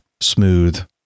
smooth